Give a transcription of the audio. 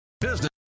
Business